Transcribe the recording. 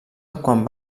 quan